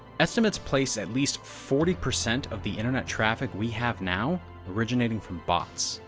estimates place at least forty percent of the internet traffic we have now originating from bots,